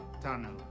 tunnel